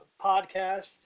podcast